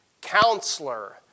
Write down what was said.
Counselor